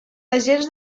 agents